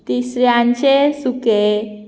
तिसऱ्यांचें सुकें